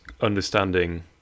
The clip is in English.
understanding